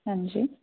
ਹਾਂਜੀ